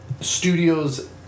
studios